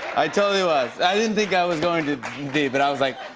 i totally was. i didn't think i was going to be, but i was like